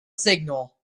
signal